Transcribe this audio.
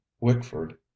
wickford